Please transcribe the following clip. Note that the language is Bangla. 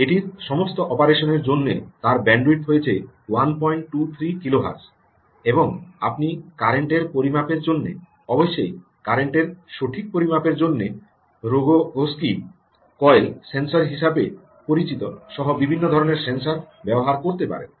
এটির সমস্ত অপারেশনের জন্য তার ব্যান্ডউইথ হয়েছে 123 কিলোহার্টজ এবং আপনি কারেন্টের পরিমাপের জন্য অবশ্যই কারেন্টের সঠিক পরিমাপের জন্য রোগোগস্কি কয়েল সেন্সর হিসাবে পরিচিত সহ বিভিন্ন ধরণের সেন্সর ব্যবহার করতে পারেন